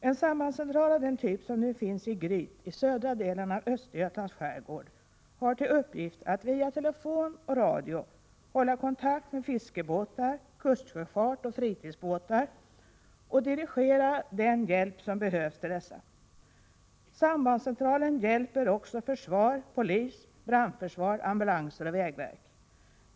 En sambandscentral av den typ som nu finns i Gryt i södra delen av Östergötlands skärgård har till uppgift att via telefon och radio hålla kontakt med fiskebåtar, kustsjöfart och fritidsbåtar och dirigera den hjälp som behövs till dessa. Sambandscentralen hjälper också försvar, polis, brandförsvar, ambulanser och vägverk.